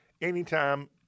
anytime